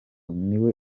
niwe